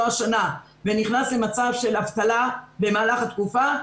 השנה ונכנס למצב של אבטלה במהלך התקופה.